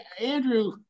Andrew